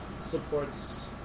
supports